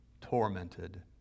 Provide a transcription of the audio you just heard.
tormented